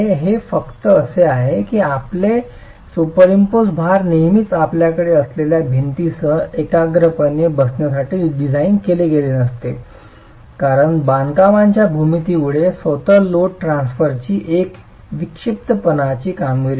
हे फक्त असे आहे की आपले सुपरइम्पेज्ड भार नेहमीच आपल्याकडे असलेल्या भिंतीसह एकाग्रपणे बसण्यासाठी डिझाइन केलेले नसते कारण बांधकामांच्या भूमितीमुळे स्वतः लोड ट्रान्सफरची एक विक्षिप्तपणाची कामगिरी असते